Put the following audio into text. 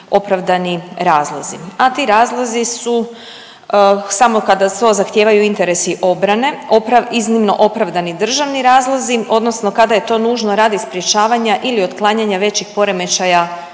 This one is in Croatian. opravdani razlozi, a ti razlozi su samo kada to zahtijevaju interesi obrane, iznimno opravdani državni razlozi, odnosno kada je to nužno radi sprječavanja ili otklanjanja većih poremećaja